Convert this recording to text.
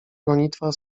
gonitwa